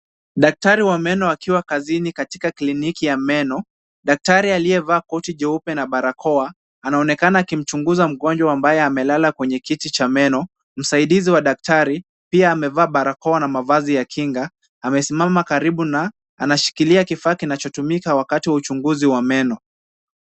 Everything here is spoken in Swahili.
Daktari wa meno akiwa kazini katika kliniki ya meno. Daktari aliyevaa koti jeupe na barakoa ,anaonekana akimchunguza mgonjwa ambaye amelala kwenye kiti cha meno. Msaidizi wa daktari pia amevaa barakoa na mavazi ya kinga. Amesimama karibu na anashikilia kifaa kinachotumika wakati wa uchungizi wa meno.